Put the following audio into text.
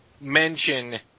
mention